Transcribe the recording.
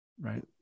Right